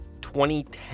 2010